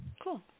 cool